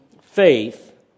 faith